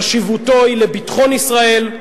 חשיבותו היא לביטחון ישראל,